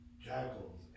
jackals